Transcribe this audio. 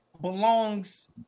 belongs